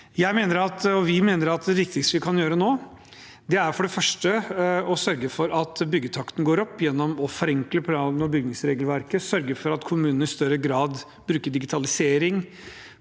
Vi mener at det viktigste vi kan gjøre nå, er å sørge for at byggetakten går opp gjennom å forenkle plan- og bygningsregelverket, sørge for at kommunene i større grad bruker digitalisering,